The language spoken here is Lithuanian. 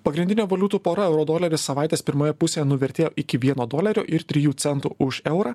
pagrindinė valiutų pora euro doleris savaitės pirmoje pusėje nuvertėjo iki vieno dolerio ir trijų centų už eurą